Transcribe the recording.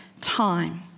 time